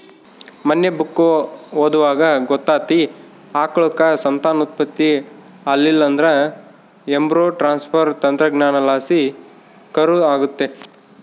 ಮನ್ನೆ ಬುಕ್ಕ ಓದ್ವಾಗ ಗೊತ್ತಾತಿ, ಆಕಳುಕ್ಕ ಸಂತಾನೋತ್ಪತ್ತಿ ಆಲಿಲ್ಲುದ್ರ ಎಂಬ್ರೋ ಟ್ರಾನ್ಸ್ಪರ್ ತಂತ್ರಜ್ಞಾನಲಾಸಿ ಕರು ಆಗತ್ತೆ